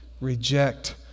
reject